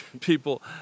people